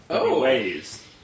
ways